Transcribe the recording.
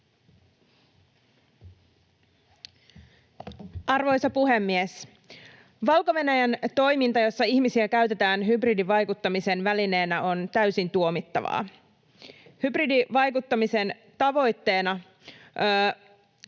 Arvoisa puhemies! Valko-Venäjän toiminta, jossa ihmisiä käytetään hybridivaikuttamisen välineenä, on täysin tuomittavaa. Hybridivaikuttamisen tavoitteena